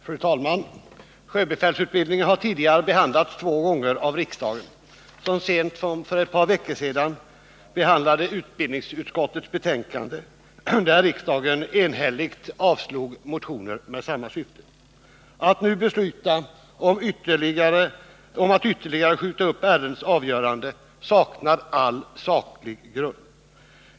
Fru talman! Sjöbefälsutbildningen har tidigare behandlats två gånger av riksdagen. Så sent som för ett par veckor sedan behandlades ett betänkande från utbildningsutskottet, och riksdagen avslog då enhälligt motioner med samma syfte. Ett beslut nu om att ytterligare skjuta upp ärendets avgörande skulle sakna all saklig grund.